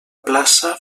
plaça